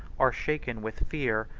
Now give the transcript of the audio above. are shaken with fear,